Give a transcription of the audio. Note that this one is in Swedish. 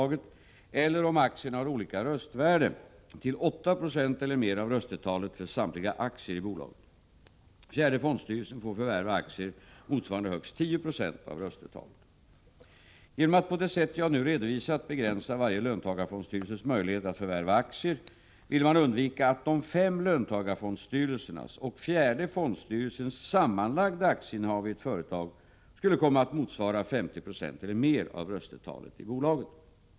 Genom att på det sätt jag nu redovisat begränsa varje löntagarfondsstyrelses möjligheter att förvärva aktier ville man undvika att de fem löntagarfondsstyrelsernas och fjärde fondstyrelsens sammanlagda aktieinnehav i ett företag skulle komma att motsvara 50 96 eller mer av röstetalet i bolaget.